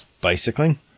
Bicycling